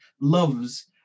loves